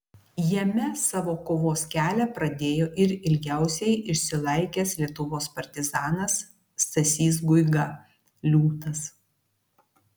jame savo kovos kelią pradėjo ir ilgiausiai išsilaikęs lietuvos partizanas stasys guiga liūtas